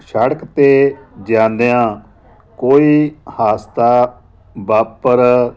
ਸੜਕ 'ਤੇ ਜਾਂਦਿਆਂ ਕੋਈ ਹਾਸਤਾ ਵਾਪਰ